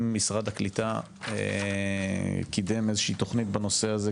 משרד הקליטה קידם איזושהי תכנית בנושא הזה,